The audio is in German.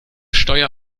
steuer